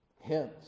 Hence